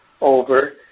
over